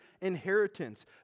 inheritance